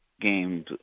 games